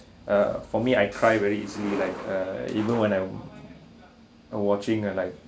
uh for me I cry very easily like uh even when I'm watching uh like